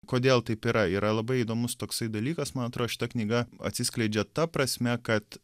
kodėl taip yra yra labai įdomus toksai dalykas man atrodo šita knyga atsiskleidžia ta prasme kad